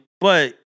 but-